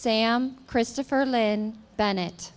sam christopher glenn bennett